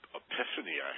epiphany